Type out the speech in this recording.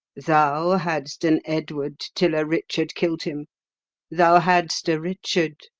thou hadst an edward, till a richard kill'd him thou hadst a richard,